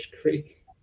Creek